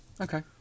Okay